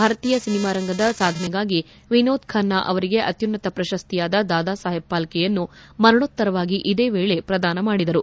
ಭಾರತೀಯ ಸಿನಿಮಾ ರಂಗದ ಸಾಧನೆಗಾಗಿ ವಿನೋದ್ ಖನ್ನಾ ಅವರಿಗೆ ಅತ್ಸುನ್ನತ ಪ್ರಶಸ್ತಿಯಾದ ದಾದಾ ಸಾಹೇಬ್ ಫಾಲ್ಲೆಯನ್ನು ಮರಣೋತ್ತರವಾಗಿ ಇದೇ ವೇಳೆ ಪ್ರದಾನ ಮಾಡಿದರು